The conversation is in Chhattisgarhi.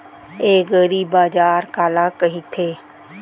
एगरीबाजार काला कहिथे?